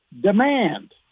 demand